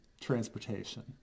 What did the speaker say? transportation